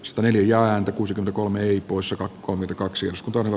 sataneljä ääntä kuusi kolme i pusero kumikaksi osku torro